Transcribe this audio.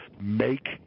make